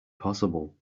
possible